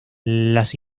las